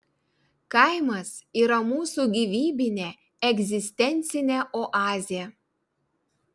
kaimas yra mūsų gyvybinė egzistencinė oazė